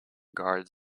guards